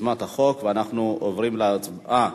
יוזמת החוק, ואנחנו עוברים להצבעה.